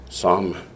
Psalm